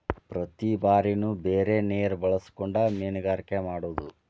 ಪ್ರತಿ ಬಾರಿನು ಬೇರೆ ನೇರ ಬಳಸಕೊಂಡ ಮೇನುಗಾರಿಕೆ ಮಾಡುದು